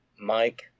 Mike